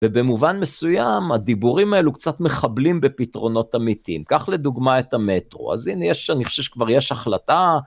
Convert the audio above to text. ובמובן מסוים הדיבורים האלו קצת מחבלים בפתרונות אמיתיים. קח לדוגמה את המטרו, אז הנה יש, אני חושב שכבר יש החלטה.